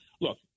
look